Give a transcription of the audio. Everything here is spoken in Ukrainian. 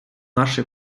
наші